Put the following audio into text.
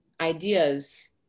ideas